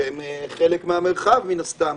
שהם חלק מן המרחב, מן הסתם.